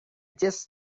just